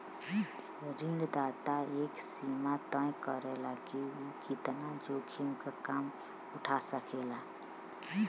ऋणदाता एक सीमा तय करला कि उ कितना जोखिम क भार उठा सकेला